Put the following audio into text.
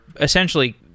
essentially